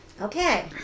Okay